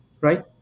right